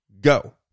go